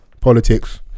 politics